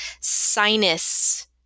sinus